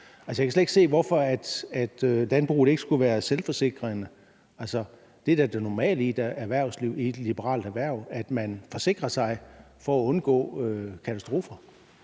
jeg kan slet ikke se, hvorfor landbruget ikke skulle være selvforsikrende. Det er da det normale i erhvervslivet og i et liberalt erhverv, at man forsikrer sig for at undgå katastrofer.